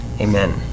Amen